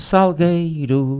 Salgueiro